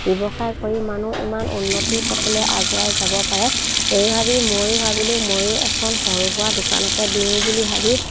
ব্যৱসায় কৰি মানুহ ইমান উন্নতিৰ পথলৈ আগুৱাই যাব পাৰে সেই ভাবি ময়ো ভাবিলোঁ ময়ো এখন সৰু সুৰা দোকানকে দিওঁ বুলি ভাবি